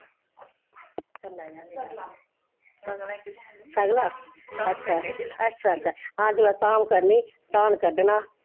सगला अच्छा अच्छा हां जेल्लै धाम करनी ढाह्न कड्डना